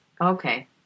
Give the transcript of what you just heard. Okay